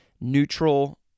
neutral